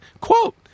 quote